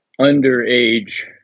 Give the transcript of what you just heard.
underage